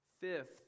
Fifth